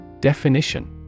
Definition